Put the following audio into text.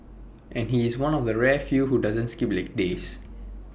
and he's one of the rare few who doesn't skip leg days